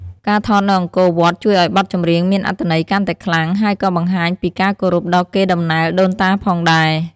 ការថតនៅអង្គរវត្ត ជួយឲ្យបទចម្រៀងមានអត្ថន័យកាន់តែខ្លាំង ហើយក៏បង្ហាញពីការគោរពដល់កេរដំណែលដូនតាផងដែរ។